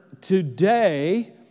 today